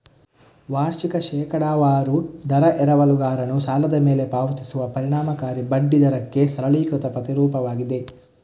ವಾರ್ಷಿಕ ಶೇಕಡಾವಾರು ದರ ಎರವಲುಗಾರನು ಸಾಲದ ಮೇಲೆ ಪಾವತಿಸುವ ಪರಿಣಾಮಕಾರಿ ಬಡ್ಡಿ ದರಕ್ಕೆ ಸರಳೀಕೃತ ಪ್ರತಿರೂಪವಾಗಿದೆ